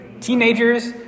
Teenagers